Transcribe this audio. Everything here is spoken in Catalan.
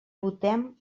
votem